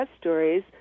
stories